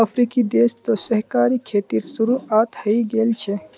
अफ्रीकी देश तो सहकारी खेतीर शुरुआत हइ गेल छ